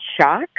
shock